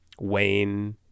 Wayne